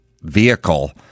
vehicle